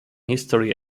history